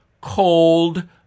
cold